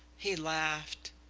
he laughed.